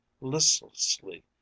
listlessly